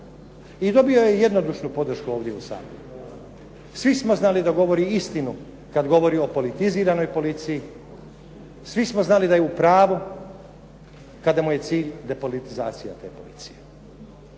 I dobio je jednodušnu podršku ovdje u Saboru, svi smo znali da govori istinu kada govori o politiziranoj politici, svi smo znali da je u pravu kada mu je cilj depolitizacija te policije.